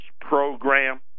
program